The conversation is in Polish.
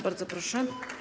Bardzo proszę.